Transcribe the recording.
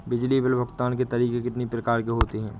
बिजली बिल भुगतान के तरीके कितनी प्रकार के होते हैं?